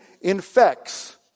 infects